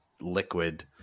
liquid